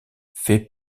fait